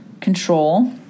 control